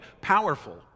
powerful